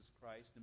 Christ